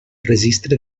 registre